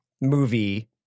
movie